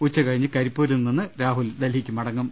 ഉച്ച കഴിഞ്ഞ് കരിപ്പൂരിൽ നിന്ന് ഡൽഹിക്ക് മടങ്ങും